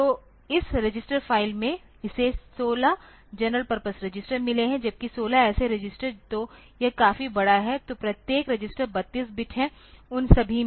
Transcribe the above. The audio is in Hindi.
तो इस रजिस्टर फ़ाइल में इसे 16 जनरल पर्पस रजिस्टर मिले हैं जबकि 16 ऐसे रजिस्टर तो यह काफी बड़ा है तो प्रत्येक रजिस्टर 32 बिट है उन सभी में